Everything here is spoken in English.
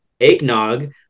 eggnog